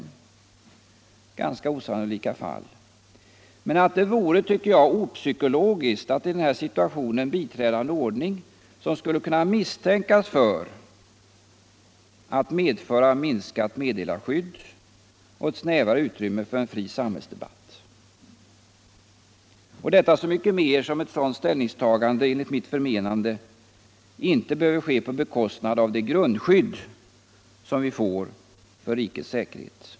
I den situationen tycker jag att det vore opsykologiskt att biträda en ordning som skulle kunna misstänkas för att medföra minskat meddelarskydd och ett snävare utrymme för en fri samhällsdebatt — detta så mycket mer som ett sådant ställningstagande enligt mitt förmenande inte behöver ske på bekostnad av det grundskydd som vi får för rikets säkerhet.